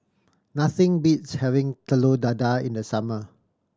nothing beats having Telur Dadah in the summer